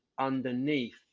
underneath